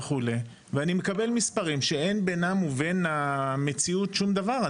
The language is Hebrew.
ואני מקבל מספרים שאין בינם ובין המציאות שום דבר.